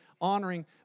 honoring